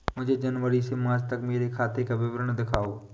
मुझे जनवरी से मार्च तक मेरे खाते का विवरण दिखाओ?